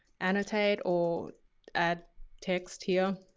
annotate or add text here.